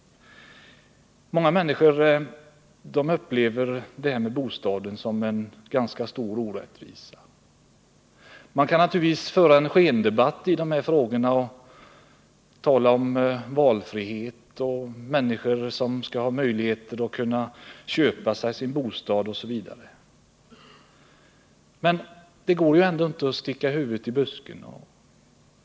Många människor upplever förhållandena på bostadsmarknaden som orättvisa. Man kan naturligtvis föra en skendebatt i dessa frågor och tala om valfrihet, att människor skall ha möjlighet att köpa sin bostad, osv. Men det går ju ändå inte att sticka huvudet i busken.